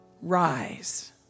Rise